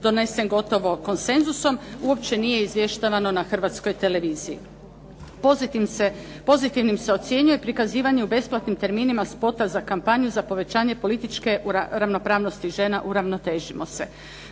donesen gotovo konsenzusom uopće nije izvještavano na Hrvatskoj televiziji. Pozitivnim se ocjenjuje prikazivanje u besplatnim terminima spota za kampanju za povećanje političke ravnopravnosti žena "Uravnotežimo se".